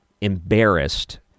embarrassed